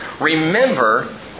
remember